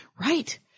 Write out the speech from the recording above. Right